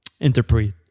interpret